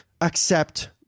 accept